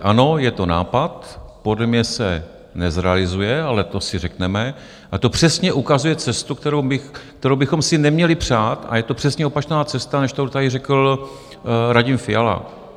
Ano, je to nápad, podle mě se nezrealizuje, ale to si řekneme, a to přesně ukazuje cestu, kterou bychom si neměli přát, a je to přesně opačná cesta, než kterou tady řekl Radim Fiala.